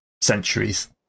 centuries